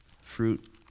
fruit